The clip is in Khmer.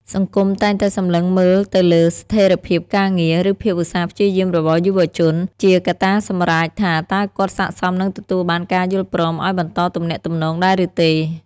សង្គមតែងតែសម្លឹងមើលទៅលើ "ស្ថិរភាពការងារ" ឬភាពឧស្សាហ៍ព្យាយាមរបស់យុវជន ជាកត្តាសម្រេចថាតើគាត់ស័ក្តិសមនឹងទទួលបានការយល់ព្រមឱ្យបន្តទំនាក់ទំនងដែរឬទេ។